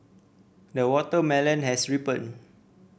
the watermelon has ripened